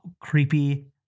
creepy